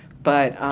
but,